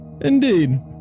Indeed